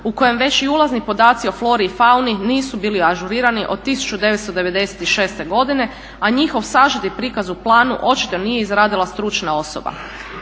u kojem već i ulazni podaci o flori i fauni nisu bili ažurirani od 1996. godine, a njihov sažeti prikaz u planu očito nije izradila stručna osoba.